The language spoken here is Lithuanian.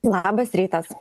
labas rytas